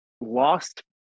lost